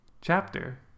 Chapter